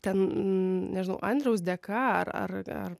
ten nežinau andriaus dėka ar